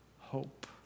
hope